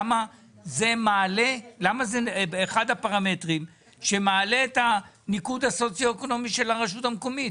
למה זה אחד הפרמטרים שמעלה את הניקוד הסוציו-אקונומי של הרשות המקומית,